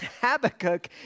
Habakkuk